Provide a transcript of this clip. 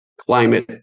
climate